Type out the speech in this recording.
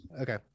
okay